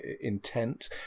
intent